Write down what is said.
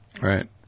Right